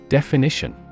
Definition